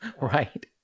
Right